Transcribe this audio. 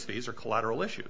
fees or collateral issue